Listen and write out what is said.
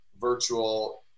Virtual